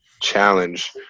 challenge